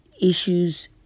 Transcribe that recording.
issues